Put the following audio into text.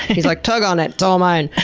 he's like, tug on it. it's all mine.